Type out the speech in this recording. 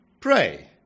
pray